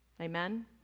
Amen